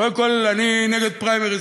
קודם כול, אני נגד פריימריז.